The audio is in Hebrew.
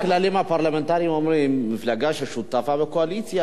הכללים הפרלמנטריים אומרים: מפלגה ששותפה בקואליציה